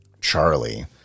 Charlie